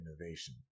innovation